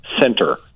Center